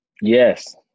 Yes